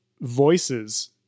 voices